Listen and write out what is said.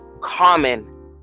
common